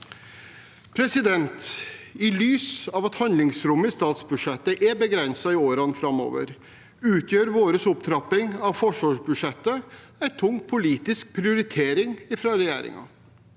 det ikke. I lys av at handlingsrommet i statsbudsjettet er begrenset i årene framover, utgjør vår opptrapping av forsvarsbudsjettet en tung politisk prioritering fra regjeringen.